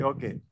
Okay